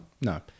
No